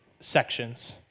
sections